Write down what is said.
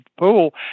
pool